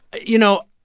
you know,